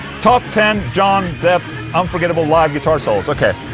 top ten johnny depp unforgettable live guitar solos, okay